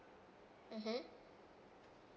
(uh huh)